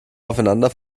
aufeinander